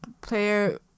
player